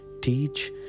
teach